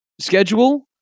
schedule